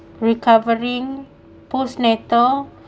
recovering post-natal